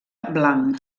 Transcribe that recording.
blanc